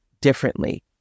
differently